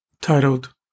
titled